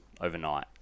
overnight